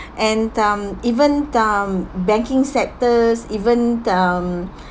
and um even um banking sectors even um